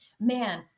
Man